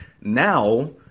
now